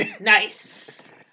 Nice